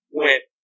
went